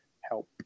help